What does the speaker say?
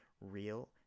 real